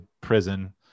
prison